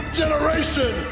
generation